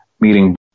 meeting